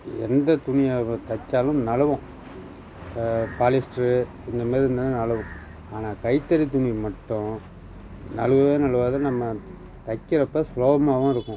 எந்த துணியை தைச்சாலும் நழுவும் இப்போ பாலிஸ்ட்ரு இந்தமாதிரி இருந்துதுனால் நழுவும் ஆனால் கைத்தறி துணி மட்டும் நழுவவே நழுவாது நம்ம தைக்கிறப்போ சுலபமாகவும் இருக்கும்